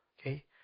Okay